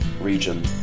region